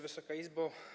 Wysoka Izbo!